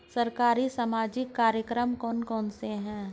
सरकारी सामाजिक कार्यक्रम कौन कौन से हैं?